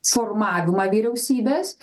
formavimą vyriausybės